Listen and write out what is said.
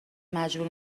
مجبور